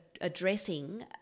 addressing